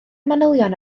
manylion